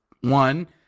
one